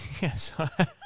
yes